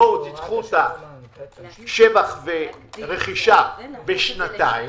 תדחו את השבח ורכישה בשנתיים,